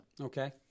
Okay